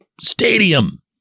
stadium